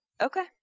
Okay